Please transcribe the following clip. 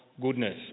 goodness